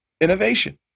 innovation